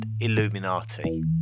illuminati